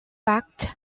backed